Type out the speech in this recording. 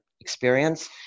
experience